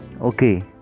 okay